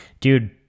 dude